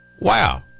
Wow